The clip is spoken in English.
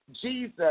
Jesus